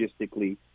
logistically